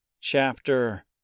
Chapter